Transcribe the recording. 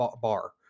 bar